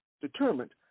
determined